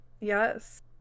Yes